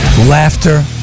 Laughter